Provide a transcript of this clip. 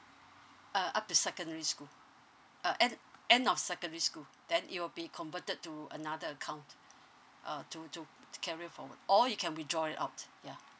uh up to secondary school uh end end of secondary school then it will be converted to another account uh to to carry forward or you can withdraw it out ya